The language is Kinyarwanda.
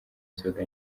inzoga